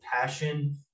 passion